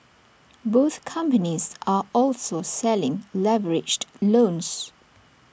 both companies are also selling leveraged loans